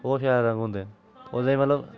ओह् शैल रंग होंदे ओह्दे च मतलब